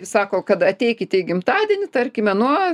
sako kad ateikite į gimtadienį tarkime nuo